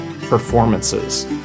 performances